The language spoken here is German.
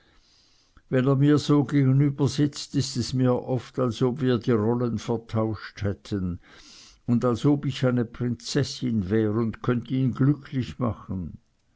wenn er mir so gegenübersitzt ist es mir oft als ob wir die rollen vertauscht hätten und als ob ich eine prinzessin wär und könnt ihn glücklich machen